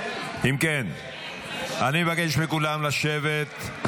אם כן, אני מבקש מכולם לשבת.